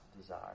desire